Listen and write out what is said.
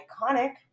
iconic